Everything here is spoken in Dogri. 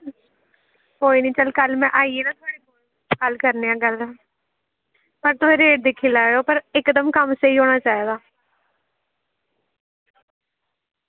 कोई निं चल कल में आई जाना थुआढ़े कोल कल करने आं गल्ल पर तुस रेट दिक्खी लैएओ पर इकदम कम्म स्हेई होना चाहिदा